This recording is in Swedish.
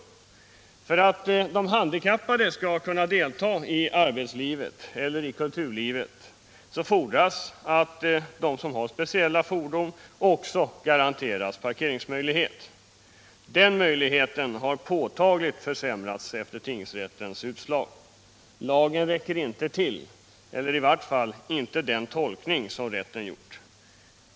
fordon För att de handikappade skall kunna delta i arbetslivet och i kulturlivet fordras att de som har speciella fordon också garanteras parkeringsmöjligheter. De möjligheterna har påtagligt försämrats efter tingsrättens utslag. Lagen räcker inte till eller i vart fall inte den tolkning som rätten gjort.